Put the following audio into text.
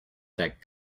that